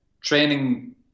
training